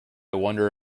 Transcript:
wonder